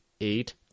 eight